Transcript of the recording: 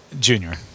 junior